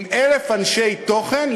עם 1,000 אנשי תוכן,